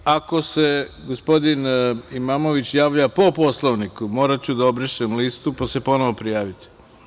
Ako se gospodin Imamović javlja po Poslovniku, moraću da obrišem listu, pa se ponovo prijavite.